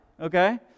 okay